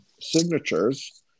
signatures